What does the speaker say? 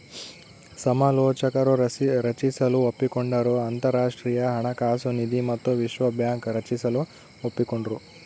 ಸಮಾಲೋಚಕರು ರಚಿಸಲು ಒಪ್ಪಿಕೊಂಡರು ಅಂತರಾಷ್ಟ್ರೀಯ ಹಣಕಾಸು ನಿಧಿ ಮತ್ತು ವಿಶ್ವ ಬ್ಯಾಂಕ್ ರಚಿಸಲು ಒಪ್ಪಿಕೊಂಡ್ರು